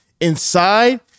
inside